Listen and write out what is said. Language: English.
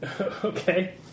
Okay